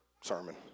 sermon